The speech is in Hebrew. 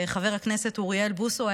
חבר הכנסת אוריאל בוסו,